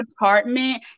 apartment